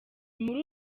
muri